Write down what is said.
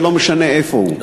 ולא משנה איפה הוא,